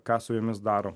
ką su jumis daro